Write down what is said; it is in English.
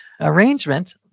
arrangement